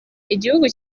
igihugu